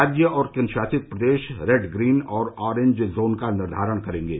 राज्य और केंद्रशासित प्रदेश रेड ग्रीन और ऑरेंज जोन का निर्धारण करेंगे